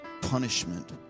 punishment